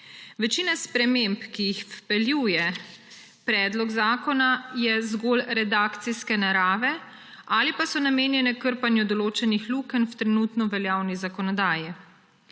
Večina sprememb, ki jih vpeljuje predlog zakona, je zgolj redakcije narave ali pa so namenjene krpanju določenih lukenj v trenutno veljavni zakonodaji.